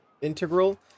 integral